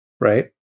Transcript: Right